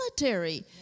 military